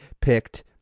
picked